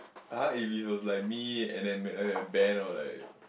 har if he was like me and then make other than Ben or like